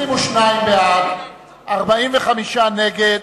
22 בעד, 45 נגד